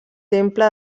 temple